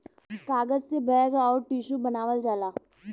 कागज से बैग अउर टिशू बनावल जाला